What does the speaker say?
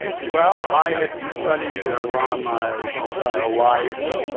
well, i had studied iran my entire life,